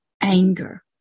anger